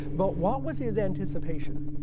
but what was his anticipation?